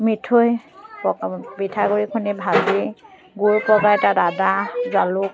মিঠৈ পকা পিঠাগুড়ি খুন্দি ভাজি গুৰ পগাই তাত আদা জালুক